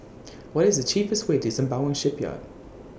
What IS The cheapest Way to Sembawang Shipyard